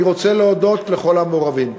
אני רוצה להודות לכל המעורבים.